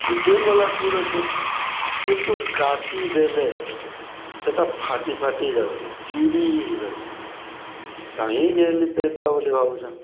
fitting ଗଲା ଠିକ୍ ଅଛେ କିନ୍ତୁ କାଚି ଦେଲେ ସେଟା ଫାଟି ଫାଟି ଯାଉଚେ ଚିରି ହେଇଯାଉଚେ କାହିଁ ଘିନ୍ଲି ପ୍ୟାଣ୍ଟ୍ଟା ବୋଲି ଭାବୁଛେଁ